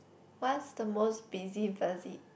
what's the most busybody